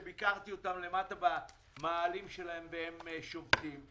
שביקרתי אותם למטה במאהלים שלהם והם שובתים.